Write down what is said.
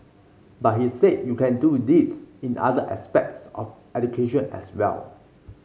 but he said you can do this in other aspects of education as well